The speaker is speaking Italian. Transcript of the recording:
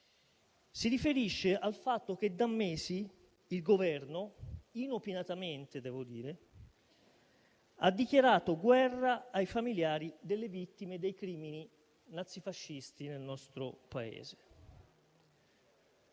stati assegnati: da mesi il Governo - inopinatamente, devo dire - ha dichiarato guerra ai familiari delle vittime dei crimini nazifascisti nel nostro Paese.